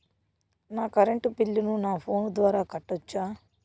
నా కరెంటు బిల్లును నా ఫోను ద్వారా కట్టొచ్చా?